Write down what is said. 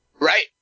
Right